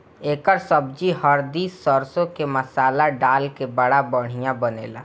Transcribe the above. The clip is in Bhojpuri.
एकर सब्जी हरदी सरसों के मसाला डाल के बड़ा बढ़िया बनेला